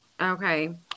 Okay